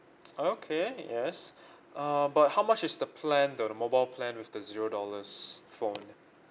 okay yes uh but how much is the plan though the mobile plan with the zero dollars phone